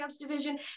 division